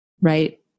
right